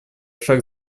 шаг